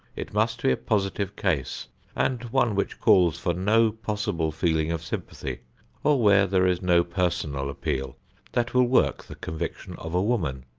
it must be a positive case and one which calls for no possible feeling of sympathy or where there is no personal appeal that will work the conviction of a woman.